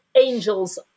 Angels